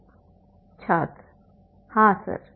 छात्र हां सर